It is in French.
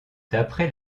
d’après